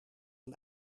een